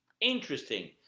Interesting